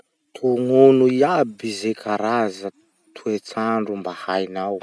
Tognono iaby ze karaza toetr'andro mba hainao.